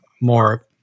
more